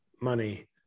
money